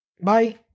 Bye